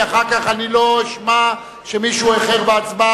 כי אחר כך אני לא אשמע שמישהו איחר בהצבעה.